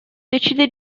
decide